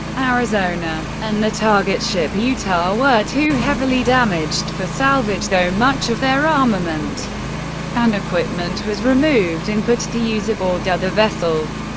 arizona and the target ship utah were too heavily damaged for salvage, though much of their armament and equipment was removed and put to use aboard other vessels.